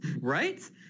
Right